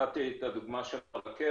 נתתי את הדוגמה של הרכבת.